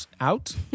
out